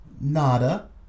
nada